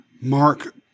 Mark